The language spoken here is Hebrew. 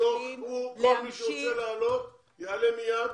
כל מי שרוצה לעלות, יעלה מיד.